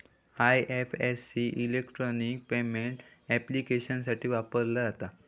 IFSC electronic payment ऍप्लिकेशन्ससाठी वापरला जाता